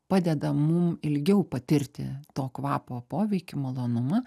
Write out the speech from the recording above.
padeda mum ilgiau patirti to kvapo poveikį malonumą